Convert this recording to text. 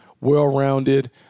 well-rounded